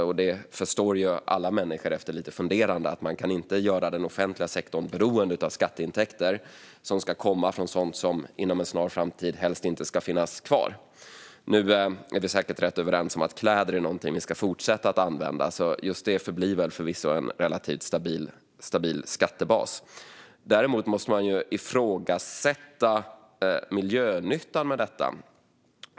Alla människor förstår efter lite funderande att man inte kan göra den offentliga sektorn beroende av skatteintäkter som ska komma från sådant som inom en snar framtid helst inte ska finnas kvar. Nu är vi säkert rätt överens om att kläder är någonting vi ska fortsätta använda, så just det förblir förvisso en relativt stabil skattebas. Däremot måste man ju ifrågasätta miljönyttan med detta.